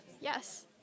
Yes